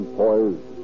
poised